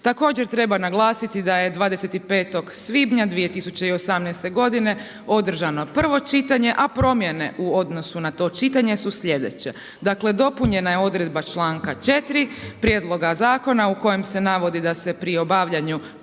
Također treba naglasiti da je 25. svibnja 2018. g. održano prvo čitanje a promjene u odnosu na to čitanje su slijedeće. Dakle, dopunjena je odredba članka 4. prijedloga zakona u kojem se navodi da se pri obavljanju